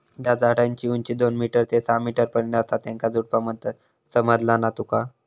ज्या झाडांची उंची दोन मीटर ते सहा मीटर पर्यंत असता त्येंका झुडपा म्हणतत, समझला ना तुका?